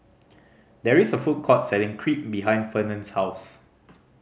there is a food court selling Crepe behind Fernand's house